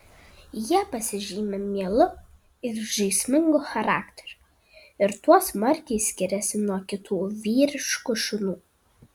jie pasižymi mielu ir žaismingu charakteriu ir tuo smarkiai skiriasi nuo kitų vyriškų šunų